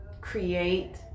create